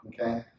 Okay